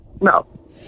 No